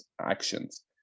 actions